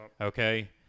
Okay